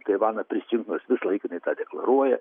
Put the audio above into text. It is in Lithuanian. taivaną prisijungt nes visą laiką jinai tą deklaruoja